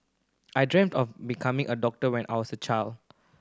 I dreamt of becoming a doctor when I was a child